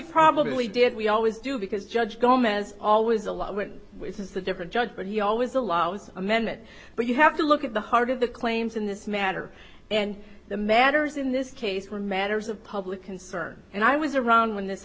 probably did we always do because judge gomez always a lot went as a different judge but he always allowed amendment but you have to look at the heart of the claims in this matter and the matters in this case are matters of public concern and i was around when this